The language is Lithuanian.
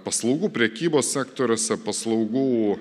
paslaugų prekybos sektoriuose paslaugų